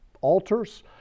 altars